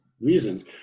reasons